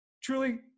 truly